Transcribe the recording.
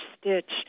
stitch